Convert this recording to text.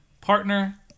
partner